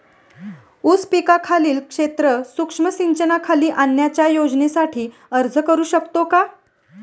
ऊस पिकाखालील क्षेत्र सूक्ष्म सिंचनाखाली आणण्याच्या योजनेसाठी अर्ज करू शकतो का?